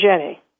Jenny